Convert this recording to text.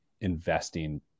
investing